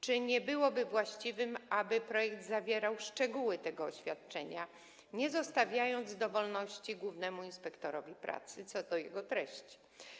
Czy nie byłoby właściwe, aby projekt zawierał szczegóły tego oświadczenia i nie zostawiał dowolności głównemu inspektorowi pracy co do jego treści?